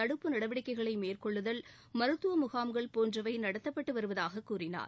தடுப்பு நடவடிக்கைகளை மேற்கொள்ளுதல் மருத்துவ முகாம்கள் போன்றவை நடத்தப்பட்டு வருவதாகக் கூறினார்